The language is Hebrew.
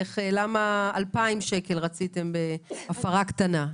למה רציתם 2,000 שקלים בהפרה קטנה.